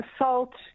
assault